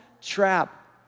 trap